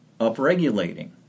upregulating